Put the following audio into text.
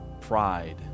pride